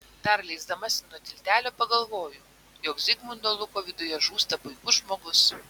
dar leisdamasi nuo tiltelio pagalvoju jog zigmundo luko viduje žūsta puikus žmogus